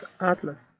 Atlas